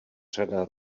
řada